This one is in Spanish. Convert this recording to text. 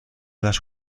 las